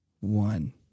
one